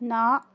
ਨਾ